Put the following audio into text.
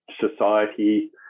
society